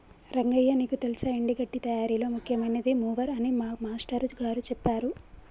రంగయ్య నీకు తెల్సా ఎండి గడ్డి తయారీలో ముఖ్యమైనది మూవర్ అని మా మాష్టారు గారు సెప్పారు